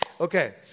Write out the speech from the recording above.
okay